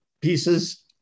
pieces